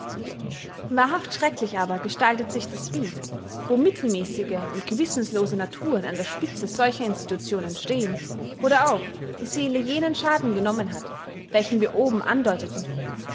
wahrhaft schrecklich aber gestaltet sich das bild wo mittelmäßige und gewissenlose naturen an der spitze solcher institutionen stehen oder auch die seele jenen schaden genommen hat welchen wir oben andeuteten